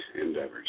endeavors